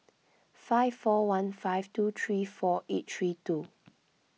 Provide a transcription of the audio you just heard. five four one five two three four eight three two